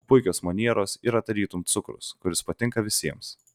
puikios manieros yra tarytum cukrus kuris patinka visiems